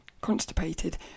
constipated